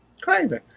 Crazy